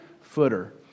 footer